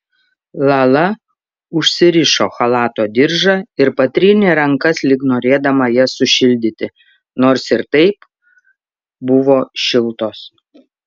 lala užsirišo chalato diržą ir patrynė rankas lyg norėdama jas sušildyti nors ir taip buvo šiltos